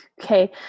Okay